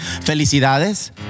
Felicidades